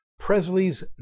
Presley's